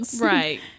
right